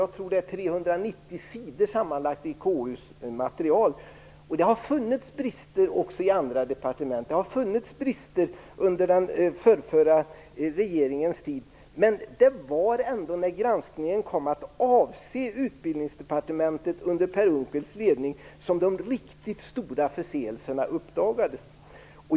Jag tror att det rör sig om sammanlagt 390 sidor i KU:s material. Det har funnits brister också i andra departement, och det har funnits brister under den förrförra regeringens tid. Men det var ändå när granskningen kom att avse Utbildningsdepartementet under Per Unckels ledning som de riktigt stora förseelserna uppdagades.